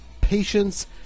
patience